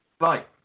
Right